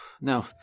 no